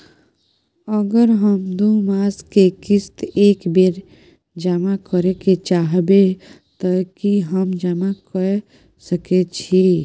अगर हम दू मास के किस्त एक बेर जमा करे चाहबे तय की हम जमा कय सके छि?